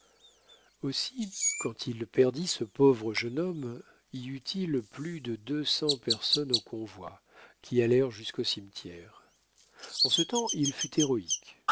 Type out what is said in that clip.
aussi quand il perdit ce pauvre jeune homme y eut-il plus de deux cents personnes au convoi qui allèrent jusqu'au cimetière en ce temps il fut